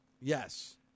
Yes